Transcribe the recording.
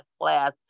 class